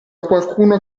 qualcuno